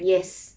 yes